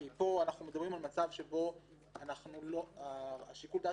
כי פה אנחנו מדברים על מצב ששיקול הדעת